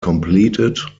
completed